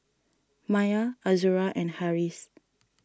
Maya Azura and Harris